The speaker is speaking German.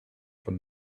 von